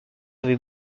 avait